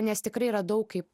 nes tikrai yra daug kaip